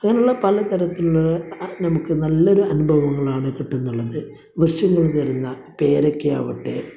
അങ്ങനെയുള്ള പലതരത്തിലുള്ള നമുക്ക് നല്ലൊരു അനുഭവങ്ങളാണ് കിട്ടും എന്നുള്ളത് വൃക്ഷങ്ങള് തരുന്ന പേരക്കയാവട്ടെ